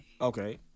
Okay